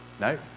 no